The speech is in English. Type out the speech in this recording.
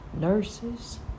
nurses